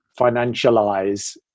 financialize